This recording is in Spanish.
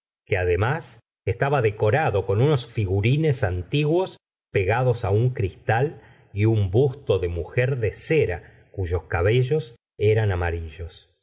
que además estaba decorado con unos figurines antiguos pegados un cristal y un busto de mujer de cera cuyos cabellos eran amarillos